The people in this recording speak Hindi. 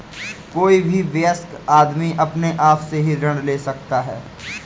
कोई भी वयस्क आदमी अपने आप से ऋण ले सकता है